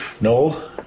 No